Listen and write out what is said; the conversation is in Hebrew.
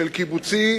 של קיבוצי,